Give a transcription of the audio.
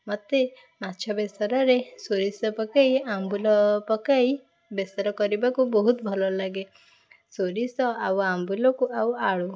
ମୋତେ ମାଛ ବେସରରେ ସୋରିଷ ପକେଇ ଆମ୍ବୁଲ ପକେଇ ବେସର କରିବାକୁ ବହୁତ ଭଲ ଲାଗେ ସୋରିଷ ଆଉ ଆମ୍ବୁଲକୁ ଆଉ ଆଳୁ